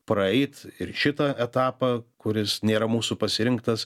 praeit ir šitą etapą kuris nėra mūsų pasirinktas